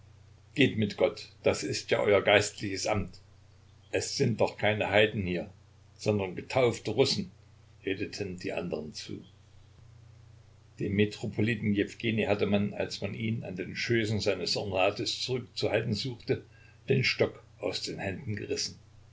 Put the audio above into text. geht mit gott das ist ja euer geistliches amt es sind doch keine heiden hier sondern getaufte russen redeten die andern zu dem metropoliten jewgenij hatte man als man ihn an den schößen seines ornats zurückzuhalten suchte den stock aus den händen gerissen